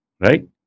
right